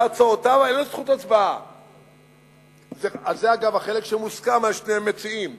להצעותיו, אבל אין לו